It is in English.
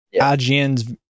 ign's